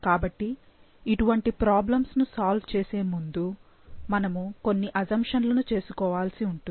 కాబట్టి ఇటువంటి ప్రాబ్లమ్స్ ను సాల్వ్ చేసే ముందు మనము కొన్ని అసంషన్లను చేసుకోవాల్సి ఉంటుంది